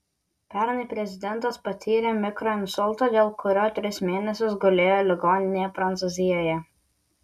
pernai prezidentas patyrė mikroinsultą dėl kurio tris mėnesius gulėjo ligoninėje prancūzijoje